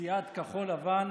בסיעת כחול לבן